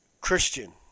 Christian